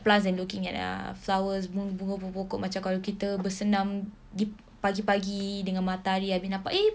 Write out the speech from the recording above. plants and looking at ah flowers bloom bunga-bunga pokok-pokok macam kalau kita bersenam di pagi-pagi dengan matahari boleh nampak eh